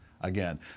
Again